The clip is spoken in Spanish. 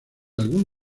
algún